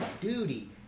duty